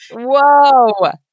Whoa